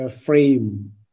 frame